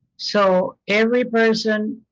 so every person,